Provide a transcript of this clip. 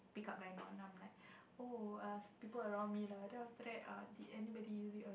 pick up line on then I'm like oh people around me lah then after that did anybody use it